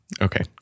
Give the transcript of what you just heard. Okay